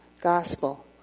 gospel